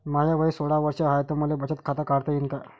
माय वय सोळा वर्ष हाय त मले बचत खात काढता येईन का?